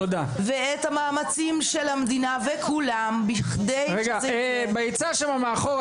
ואת המאמצים של המדינה וכולם כדי שזה --- היציע שם מאחורה,